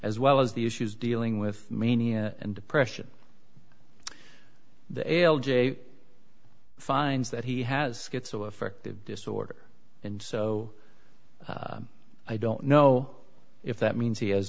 as well as the issues dealing with mania and depression the ail j finds that he has schizo affective disorder and so i don't know if that means he has